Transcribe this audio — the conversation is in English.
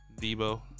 Debo